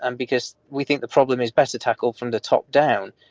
and because we think the problem is better tackled from the top down.